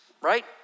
Right